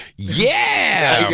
yeah.